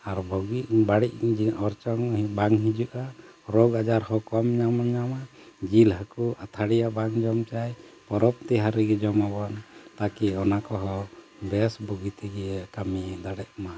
ᱟᱨ ᱵᱩᱜᱤ ᱵᱟᱹᱲᱤᱡ ᱚᱨᱥᱚᱝ ᱵᱟᱝ ᱦᱤᱡᱩᱜᱼᱟ ᱨᱳᱜᱽ ᱟᱡᱟᱨ ᱦᱚᱸ ᱠᱚᱢ ᱧᱟᱢᱟ ᱡᱤᱞ ᱦᱟᱹᱠᱩ ᱟᱹᱛᱷᱟᱹᱲᱤᱭᱟᱹᱜ ᱵᱟᱝ ᱡᱚᱢ ᱪᱟᱭ ᱯᱚᱨᱚᱵᱽ ᱛᱮᱦᱟ ᱨᱮᱜᱮ ᱡᱚᱢᱟᱵᱚᱱ ᱛᱟᱠᱤ ᱚᱱᱟ ᱠᱚᱦᱚᱸ ᱵᱮᱥ ᱵᱩᱜᱤ ᱛᱮᱜᱮ ᱠᱟᱹᱢᱤ ᱫᱟᱲᱮᱭᱟᱜ ᱢᱟ